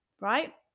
right